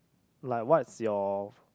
like what's your